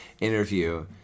interview